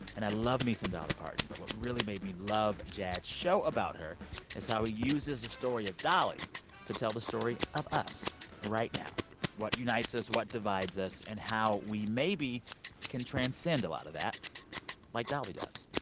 and i love me some dolly parton. but what really made me love jad's show about her is how he uses the story of dolly to tell the story of us right now what unites us, what divides us and how we maybe can transcend a lot of that like dolly does